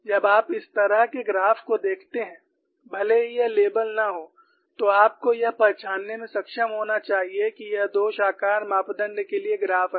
जब आप इस तरह के ग्राफ को देखते हैं भले ही यह लेबल न हो तो आपको यह पहचानने में सक्षम होना चाहिए कि यह दोष आकार मापदण्ड के लिए ग्राफ है